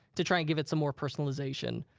to try and give it some more personalization.